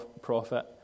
prophet